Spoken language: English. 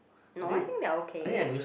no I think they are okay